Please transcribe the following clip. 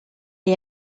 est